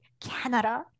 Canada